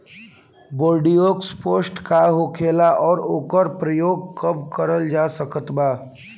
Bordeaux paste का होखेला और ओकर प्रयोग कब करल जा सकत बा?